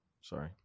sorry